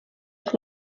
jak